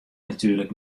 natuerlik